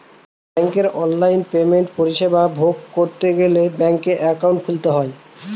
ব্যাঙ্কের অনলাইন পেমেন্টের পরিষেবা ভোগ করতে লাগে ব্যাঙ্কের একাউন্ট